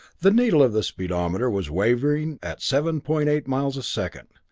the needle of the speedometer was wavering at seven point eight miles a second.